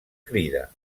crida